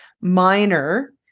minor